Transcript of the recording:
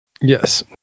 yes